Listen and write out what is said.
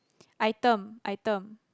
item item